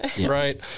right